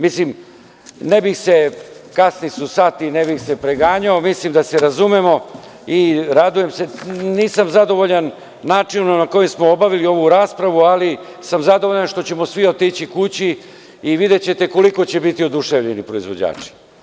Mislim, ne bih se, kasni su sati, ne bih se preganjao, mislim da se razumemo i radujem se, nisam zadovoljan načinom na koji smo obavili ovu raspravu, ali sam zadovoljan što ćemo svi otići kući videćete koliko će biti oduševljeni proizvođači.